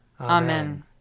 Amen